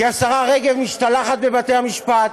כי השרה רגב משתלחת בבתי-המשפט,